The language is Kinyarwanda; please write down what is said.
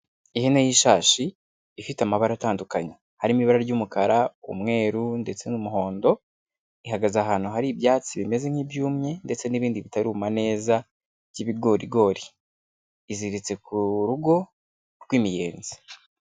Ihene y'ishashi, ifite amabara atandukanye. Harimo ibara ry'umukara, umweru, ndetse n'umuhondo. Ihagaze ahantu hari ibyatsi, bimeze nk'ibyumye, ndetse n'ibindi bitaruma neza, by'ibigorigori. Iziritse ku rugo, rw'imiyenzi.